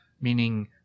meaning